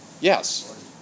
Yes